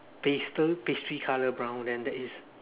pastel pastry colour brown then that is